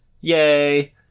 Yay